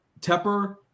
Tepper